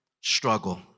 struggle